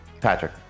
Patrick